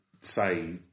say